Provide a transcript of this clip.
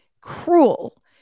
cruel